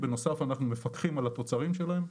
בנוסף, אנחנו מפקחים על התוצרים שלהם.